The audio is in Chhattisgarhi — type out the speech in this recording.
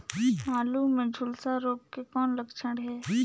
आलू मे झुलसा रोग के कौन लक्षण हे?